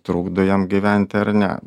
trukdo jam gyventi ar ne